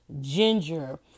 ginger